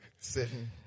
Sitting